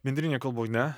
bendrinėj kalboj ne